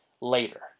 later